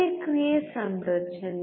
ಪ್ರತಿಕ್ರಿಯೆ ಸಂರಚನೆ